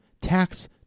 tax